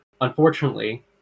unfortunately